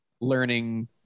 learning